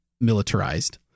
militarized